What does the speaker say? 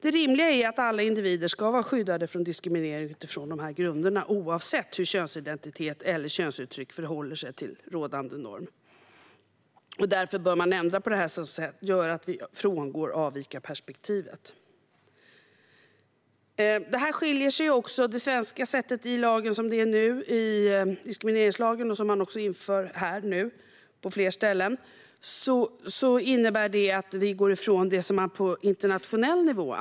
Det rimliga är att alla individer ska vara skyddade från diskriminering utifrån dessa grunder, oavsett hur könsidentitet eller könsuttryck förhåller sig till den rådande normen. Därför bör man ändra detta på ett sätt som gör att vi frångår avvikarperspektivet. Det svenska begreppet i diskrimineringslagen som man nu inför på fler ställen skiljer sig också från de begrepp som används på internationell nivå.